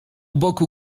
boku